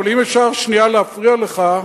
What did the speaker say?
אבל אם אפשר שנייה להפריע לך,